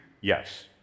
Yes